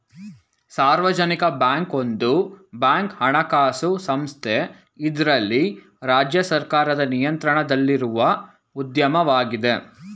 ಸಾರ್ವಜನಿಕ ಬ್ಯಾಂಕ್ ಒಂದು ಬ್ಯಾಂಕ್ ಹಣಕಾಸು ಸಂಸ್ಥೆ ಇದ್ರಲ್ಲಿ ರಾಜ್ಯ ಸರ್ಕಾರದ ನಿಯಂತ್ರಣದಲ್ಲಿರುವ ಉದ್ಯಮವಾಗಿದೆ